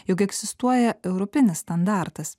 jog egzistuoja europinis standartas